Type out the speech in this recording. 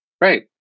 Right